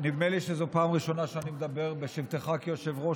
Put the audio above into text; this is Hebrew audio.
נדמה לי שזו פעם ראשונה שאני מדבר בשבתך כיושב-ראש,